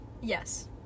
Yes